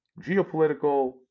geopolitical